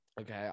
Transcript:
okay